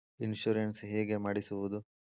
Insurance ಹೇಗೆ ಮಾಡಿಸುವುದು?